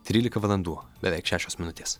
trylika valandų beveik šešios minutės